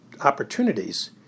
opportunities